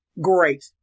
Great